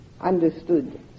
understood